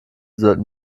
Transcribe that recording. sollten